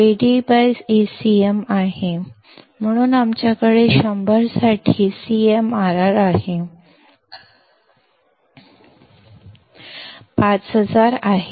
CMRR AdAcm आहे म्हणून आमच्याकडे 100 साठी CMRR आहे जाहिरात 5000 आहे